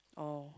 oh